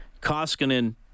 Koskinen